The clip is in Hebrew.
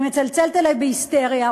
והיא מצלצלת אלי בהיסטריה.